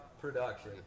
production